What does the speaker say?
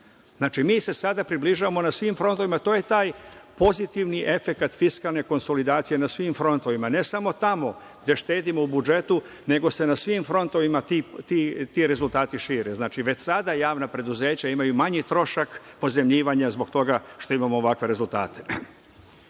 Znači, mi se sada približavamo na svim frontovima, to je taj pozitivni efekat fiskalne konsolidacije na svim frontovima, ne samo tamo gde štedimo u budžetu, nego se na svim frontovima ti rezultati šire. Znači, već sada javna preduzeća imaju manji trošak pozajmljivanja zbog toga što imamo ovakve rezultate.Za